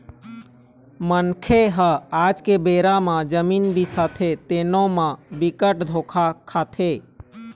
मनखे ह आज के बेरा म जमीन बिसाथे तेनो म बिकट धोखा खाथे